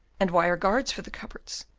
and wire guards for the cupboards,